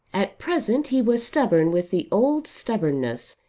at present he was stubborn with the old stubbornness,